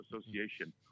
association